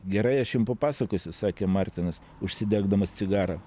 gerai aš jums papasakosiu sakė martinas užsidegdamas cigarą